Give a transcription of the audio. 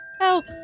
help